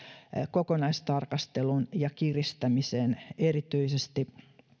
kokonaistarkastelun ja kiristämisen erityisesti